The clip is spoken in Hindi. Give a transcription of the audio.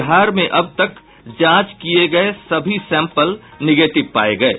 बिहार में अब तक जांच किये सभी सैंपल निगेटिव पाये गये